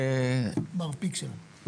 בבקשה.